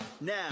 Now